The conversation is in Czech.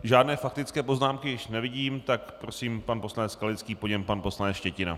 Žádné faktické poznámky již nevidím, tak prosím, pan poslanec Skalický, po něm pan poslanec Štětina.